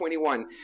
21